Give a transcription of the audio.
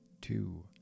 two